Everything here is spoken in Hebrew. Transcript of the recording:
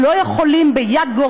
אבל לא יכולים למכור